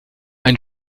ein